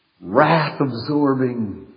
wrath-absorbing